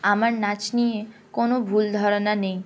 আমার নাচ নিয়ে কোনো ভুল ধারণা নেই